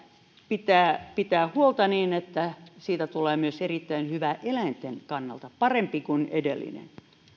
pitää pitää huolta siitä että tästä tulevasta eläinsuojelulaista tulee erittäin hyvä eläinten kannalta parempi kuin edellinen